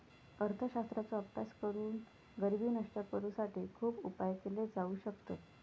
अर्थशास्त्राचो अभ्यास करून गरिबी नष्ट करुसाठी खुप उपाय केले जाउ शकतत